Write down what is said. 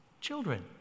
children